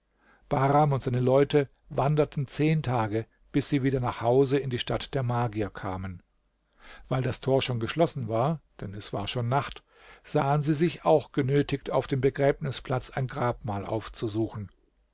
bahram und seine leute wanderten zehn tage bis sie wieder nach hause in die stadt der magier kamen weil das tor schon geschlossen war denn es war schon nacht sahen sie sich auch genötigt auf dem begräbnisplatz ein grabmal aufzusuchen